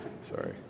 Sorry